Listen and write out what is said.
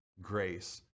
grace